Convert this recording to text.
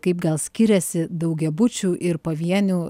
kaip gal skiriasi daugiabučių ir pavienių